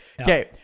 Okay